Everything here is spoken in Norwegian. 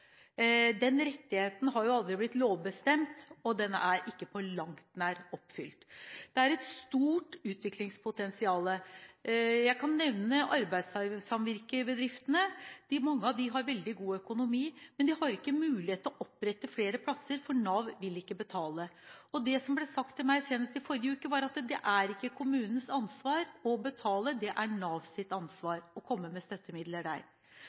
Den rettigheten har aldri blitt lovbestemt, og den er ikke på langt nær oppfylt. Det er et stort utviklingspotensial. Jeg kan nevne arbeidssamvirkebedriftene. Mange av dem har veldig god økonomi, men de har ikke mulighet til å opprette flere plasser, for Nav vil ikke betale. Det som ble sagt til meg senest i forrige uke, var at det ikke er kommunens ansvar å betale, det er Navs ansvar å komme med støttemidler.